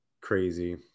Crazy